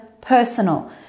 personal